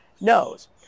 knows